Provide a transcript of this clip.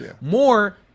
more